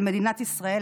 על מדינת ישראל,